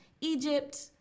egypt